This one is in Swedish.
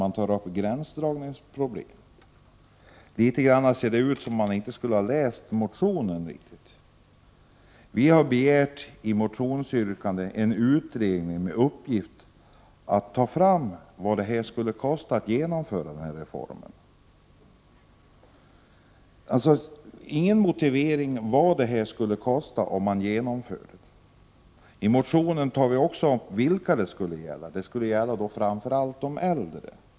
Det verkar som om utskottet inte har läst motionen ordentligt. Vi i vpk har i motionen begärt en utredning med uppgift att undersöka vad ett genomförande av denna reform skulle kosta. Utskottet har alltså i sin motivering inte angett vad genomförandet av denna reform skulle kosta. I motionen anger vi också vilka denna reform skulle gälla, nämligen framför allt de äldre.